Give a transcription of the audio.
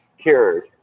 cured